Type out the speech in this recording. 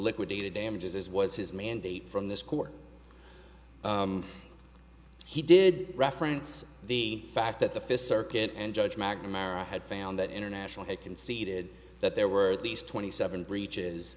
liquidated damages as was his mandate from this court he did reference the fact that the fifth circuit and judge magna mera had found that international had conceded that there were these twenty seven breaches